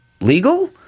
legal